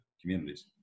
communities